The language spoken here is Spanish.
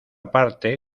parte